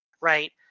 Right